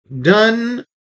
Done